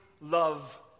love